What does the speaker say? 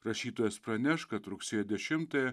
rašytojas praneš kad rugsėjo dešimtąją